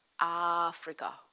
Africa